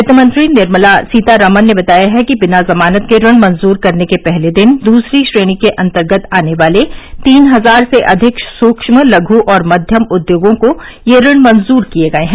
वित्त मंत्री निर्मला सीतारामन ने बताया है कि बिना जमानत के ऋण मंजूर करने के पहले दिन दूसरी श्रेणी के अंतर्गत आने वाले तीन हजार से अधिक सूक्ष्म लघु और मध्यम उद्योगों को ये ऋण मंजूर किये गये हैं